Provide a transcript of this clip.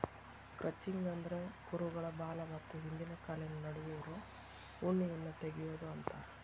crutching ಅಂದ್ರ ಕುರುಗಳ ಬಾಲ ಮತ್ತ ಹಿಂದಿನ ಕಾಲಿನ ನಡುವೆ ಇರೋ ಉಣ್ಣೆಯನ್ನ ತಗಿಯೋದು ಅಂತಾರ